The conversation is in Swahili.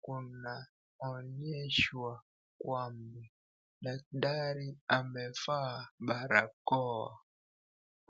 kuna onyeshwa kwamba daktari amevaa barakoa.